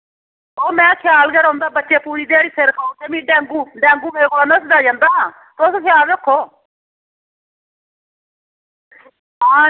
ओह् में ख्याल गै रौंह्दा बच्चे पूरी ध्याड़ी सिर खाई ओड़दे मी डैंगू डैंगू मेरे कोला नस्सदा जंदा तुस ख्याल रक्खो हां